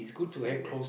it's very good